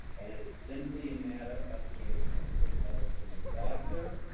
and it's simply a matter of getting a quick letter from your doctor.